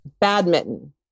badminton